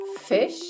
fish